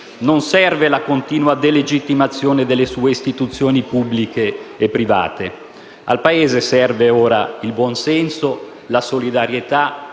Non serve la continua delegittimazione delle sue istituzioni pubbliche e private. Al Paese serve ora il buon senso, la solidarietà